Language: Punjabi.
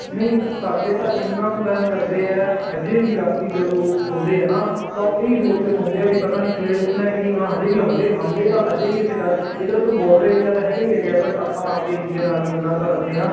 ਨਹੀਂ ਸਾਡੇ ਤਾਂ ਇੰਨਾ ਕੁ ਵਹਿਮ ਕਰਦੇ ਆ ਅਜੇ ਵੀ ਰਾਤੀ ਜਦੋਂ ਲੋਕ ਸੌਂਦੇ ਆ ਨਾ ਤਾਂ ਉਹ ਇਹੀ ਸੋਚ ਕੇ ਸੌਂਦੇ ਆ ਵੀ ਪਤਾ ਨਹੀਂ ਸਵੇਰੇ ਉੱਠਣਾ ਕਿ ਨਹੀਂ ਹੋਣਾ ਹਜੇ ਵੀ ਅਮਲੇ ਹਮਲੇ ਦਾ ਹਜੇ ਵੀ ਇਥੇ ਡਰ ਇੱਕ ਤਾਂ ਚਲੋ ਬਾਰਡਰ ਏਰੀਆ ਤਾਂ ਹੈਗਾ ਹੀ ਹੈਗਾ ਬਟ ਆਪਾਂ ਆਪਦੀ ਇੰਡੀਅਨ ਆਰਮੀ ਨੂੰ ਇੰਨਾਂ ਰੱਖਦੇ ਹਾਂ ਵੀ